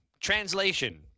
Translation